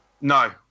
No